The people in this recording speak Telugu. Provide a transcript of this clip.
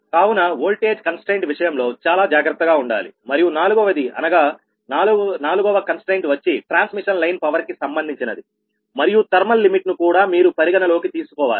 కావున ఓల్టేజ్ కంస్ట్రయిన్ట్ విషయంలో చాలా జాగ్రత్తగా ఉండాలి మరియు నాలుగవది అనగా నాలుగవ కంస్ట్రయిన్ట్ వచ్చి ట్రాన్స్మిషన్ లైన్ పవర్ కి సంబంధించినది మరియు ధర్మల్ లిమిట్ ను కూడా మీరు పరిగణలోకి తీసుకోవాలి